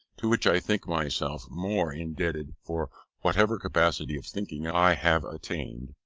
to which i think myself more indebted for whatever capacity of thinking i have attained.